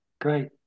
great